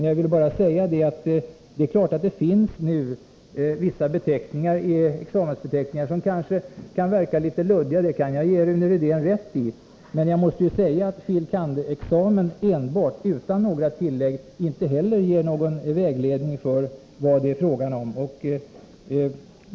Jag vill bara säga att det finns vissa examensbeteckningar som kanske kan verka litet luddiga — det kan jag ge Rune Rydén rätt i. Men jag måste säga att fil. kand.-examen enbart, utan några tillägg, inte heller ger någon vägledning om vad det är fråga om.